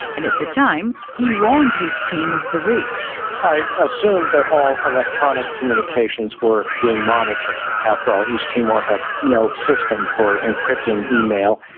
and at the time he warned his team of the risk. i assumed that all electronic communications were being monitored. after all, east timor had no system for encrypting email.